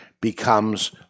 Becomes